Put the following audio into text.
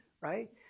Right